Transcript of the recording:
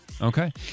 Okay